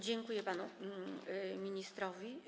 Dziękuję panu ministrowi.